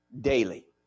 daily